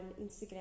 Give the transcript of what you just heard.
Instagram